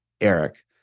Eric